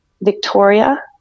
Victoria